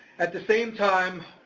at the same time,